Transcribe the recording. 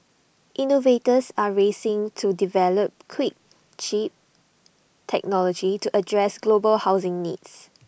innovators are racing to develop quick cheap technology to address global housing needs